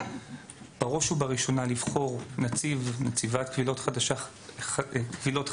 בראש ובראשונה לבחור נציב/נציבת קבילות חדשה ושנית,